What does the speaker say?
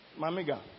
Mamiga